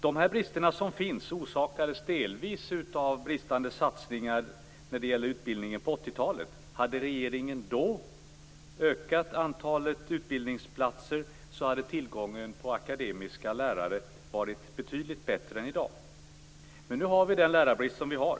De brister som finns orsakades delvis av bristande satsningar när det gällde utbildningen på 80-talet. Hade regeringen då ökat antalet utbildningsplatser så hade tillgången på akademiska lärare varit betydligt bättre än i dag. Men nu har vi den lärarbrist som vi har.